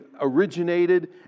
originated